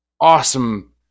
awesome